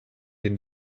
den